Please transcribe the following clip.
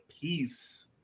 peace